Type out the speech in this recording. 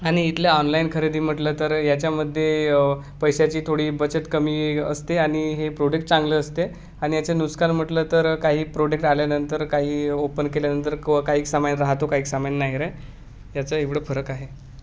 आणि इथल्या ऑनलाईन खरेदी म्हटलं तर याच्यामध्ये पैशाची थोडी बचत कमी असते आणि हे प्रोडक्ट चांगलं असते आणि याचे नुकसान म्हटलं तर काही प्रोडक्ट आल्यानंतर काही ओपन केल्यानंतर को काही एक सामान राहतो काही एक सामान नाही राहात याच एवढं फरक आहे